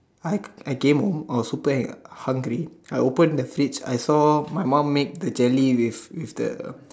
I I came home I was super hungry I open the fridge I saw my mum make the jelly with with the